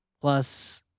Plus